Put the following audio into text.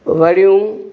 वड़ियूं